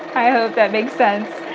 i hope that makes sense!